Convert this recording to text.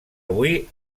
avui